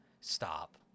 Stop